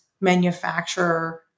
manufacturer